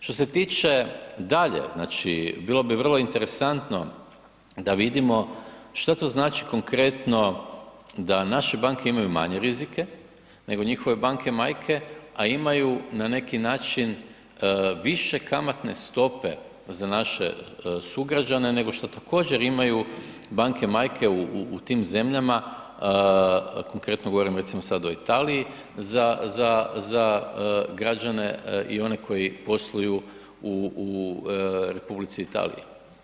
Što se tiče dalje, znači bilo bi vrlo interesantno da vidimo šta to znači konkretno da naše banke imaju manje rizike nego njihove banke majke, a imaju na neki način više kamatne stope za naše sugrađane nego šta također imaju banke majke u tim zemljama, konkretno govorim recimo sad o Italiji, za građane i one koji posluju u Republici Italiji.